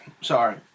sorry